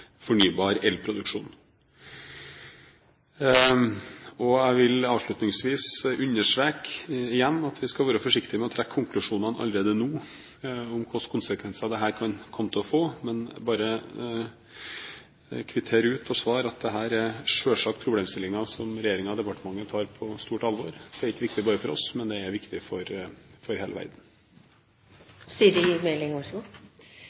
fornybar elproduksjon. Avslutningsvis vil jeg igjen understreke at vi skal være forsiktig med å trekke konklusjonene allerede nå om hvilke konsekvenser dette kan komme til å få, men vil bare kvittere ut og svare at dette selvsagt er problemstillinger som regjeringen tar på stort alvor. Det er ikke viktig bare for oss, men det er viktig for hele verden.